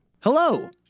hello